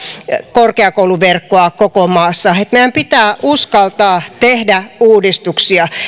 korkeakouluverkkoa koko maassa meidän pitää uskaltaa tehdä uudistuksia